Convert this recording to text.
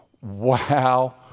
Wow